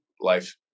life